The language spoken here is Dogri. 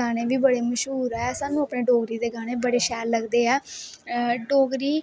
गाने बी बड़े मश्हूर ऐ स्हानू अपनी डोगरी दे गाने बड़े शैल लगदे ऐ डोगरी